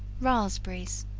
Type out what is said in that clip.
raspberries.